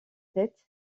tête